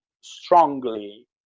strongly